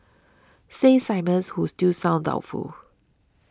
says Simmons who still sounds doubtful